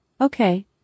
Okay